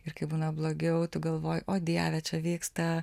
ir kai būna blogiau tu galvoji o dieve čia vyksta